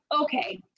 okay